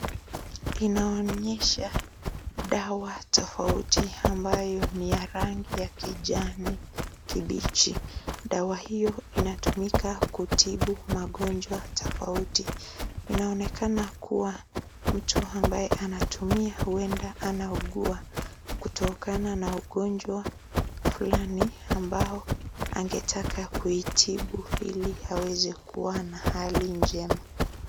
Inaonyesha dawa tofauti ambayo ni ya rangi ya kijani kibichi. Dawa hiyo inatumika kutibu magonjwa tofauti inaonekana kuwa mtu ambaye anatumia huenda anaugua kutokana na ugonjwa fulani ambao angetaka kuitibu ili aweze kuwa na hali njema.